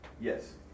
Yes